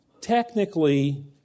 technically